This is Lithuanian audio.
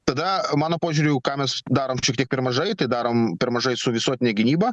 tada mano požiūriu ką mes darom šiek tiek per mažai tai darom per mažai su visuotine gynyba